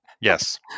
Yes